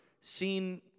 seen